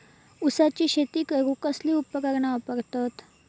ऊसाची शेती करूक कसली उपकरणा वापरतत?